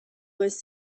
was